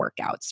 workouts